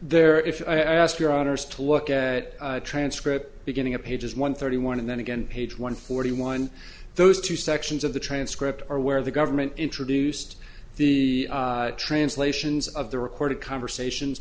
to look at a transcript beginning of pages one thirty one and then again page one forty one those two sections of the transcript or where the government introduced the translations of the recorded conversations